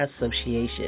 Association